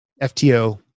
FTO